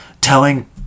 telling